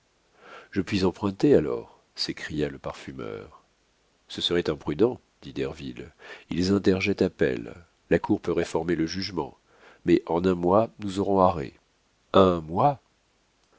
je puis emprunter alors s'écria le parfumeur ce serait imprudent dit derville ils interjettent appel la cour peut réformer le jugement mais en un mois nous aurons arrêt un mois